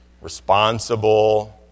responsible